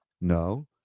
No